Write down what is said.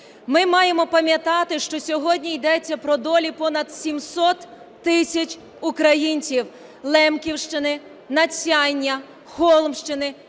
Ми маємо пам'ятати, що сьогодні йдеться про долі понад 700 тисяч українців Лемківщини, Надсяння, Холмщини,